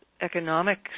economic